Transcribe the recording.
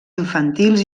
infantils